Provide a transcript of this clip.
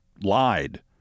lied